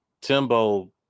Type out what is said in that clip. Timbo